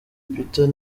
peter